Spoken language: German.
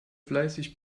fleißig